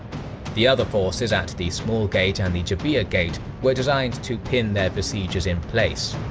the other forces at the small gate and the jabiyah gate were designed to pin their besiegers in place.